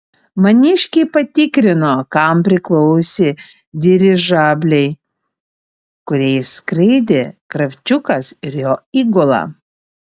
maniškiai patikrino kam priklausė dirižabliai kuriais skraidė kravčiukas ir jo įgula